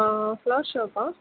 ஆ flower ஷாப்பா